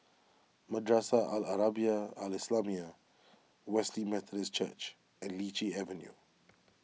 Madrasah Al Arabiah Al Islamiah Wesley Methodist Church and Lichi Avenue